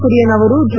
ಕುರಿಯನ್ ಅವರು ಜು